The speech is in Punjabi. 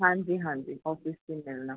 ਹਾਂਜੀ ਹਾਂਜੀ ਆੱਫਿਸ 'ਤੇ ਮਿਲਣਾ